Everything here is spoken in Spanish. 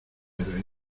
era